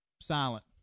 silent